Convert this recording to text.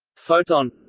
photon.